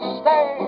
stay